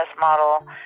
model